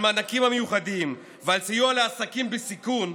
מענקים מיוחדים ועל סיוע לעסקים בסיכון,